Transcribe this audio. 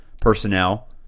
personnel